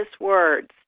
words